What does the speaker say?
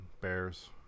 Bears